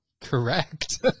Correct